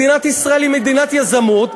מדינת ישראל היא מדינת יזמות,